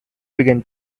began